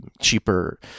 cheaper